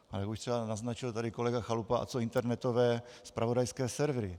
Ale jak už třeba naznačil tady kolega Chalupa, a co internetové zpravodajské servery?